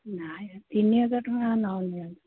ନାଇ ହେ ତିନି ହଜାର ଟଙ୍କା ନେଉନି ଆଉ